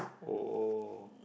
oh oh